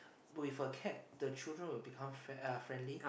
with a cat the children will become friend~ uh friendly